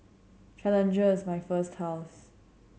Challenger is my first house